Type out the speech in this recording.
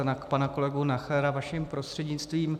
Na pana kolegu Nachera vaším prostřednictvím.